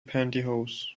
pantyhose